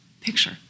picture